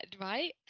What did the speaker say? right